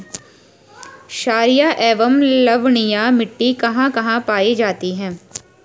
छारीय एवं लवणीय मिट्टी कहां कहां पायी जाती है?